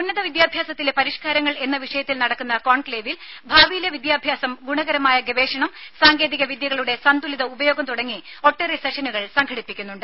ഉന്നത വിദ്യാഭ്യാസത്തിലെ പരിഷ്കാരങ്ങൾ എന്ന വിഷയത്തിൽ നടക്കുന്ന കോൺക്ലേവിൽ ഭാവിയിലെ വിദ്യാഭ്യാസം ഗുണകരമായ ഗവേഷണം സാങ്കേതിക വിദ്യകളുടെ സന്തുലിത ഉപയോഗം തുടങ്ങി ഒട്ടേറെ സെഷനുകൾ സംഘടിപ്പിക്കുന്നുണ്ട്